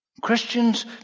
Christians